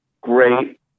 great